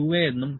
A എന്നും Q